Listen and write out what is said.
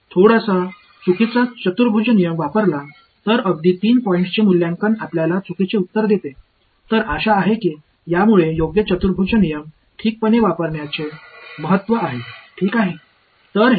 எனவே இது சரியான குவாட்ரேச்சர் விதியைப் பயன்படுத்துவதன் முக்கியத்துவத்தை வீட்டிற்கு கொண்டு செல்கிறது